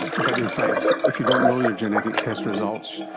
but in fact if you don't know your genetic test results,